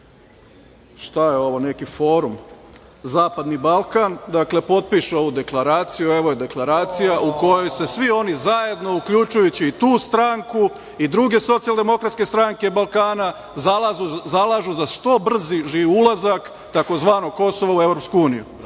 šta je ovo neki forum, zapadni Balkan, potpiše ovu deklaraciju. Evo je deklaracija, u kojoj se svi oni zajedno, uključujući i tu stranku i druge socijaldemokratske stranke Balkana, zalažu za što brži ulazak tzv. Kosova u EU.